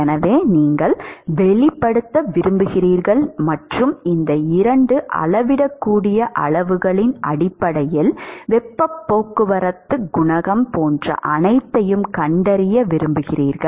எனவே நீங்கள் வெளிப்படுத்த விரும்புகிறீர்கள் மற்றும் இந்த இரண்டு அளவிடக்கூடிய அளவுகளின் அடிப்படையில் வெப்பப் போக்குவரத்து குணகம் போன்ற அனைத்தையும் கண்டறிய விரும்புகிறீர்கள்